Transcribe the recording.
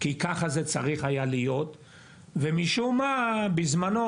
כי ככה זה צריך היה להיות ומשום מה זה בזמנו,